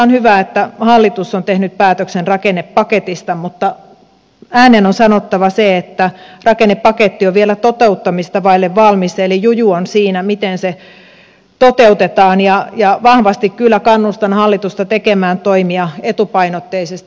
on hyvä että hallitus on tehnyt päätöksen rakennepaketista mutta ääneen on sanottava se että rakennepaketti on vielä toteuttamista vaille valmis eli juju on siinä miten se toteutetaan ja vahvasti kyllä kannustan hallitusta tekemään toimia etupainotteisesti